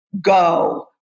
go